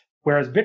whereas